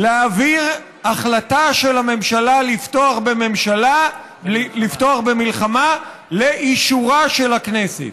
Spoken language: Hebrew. להעביר החלטה של הממשלה לפתוח במלחמה לאישורה של הכנסת.